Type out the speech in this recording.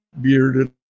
bearded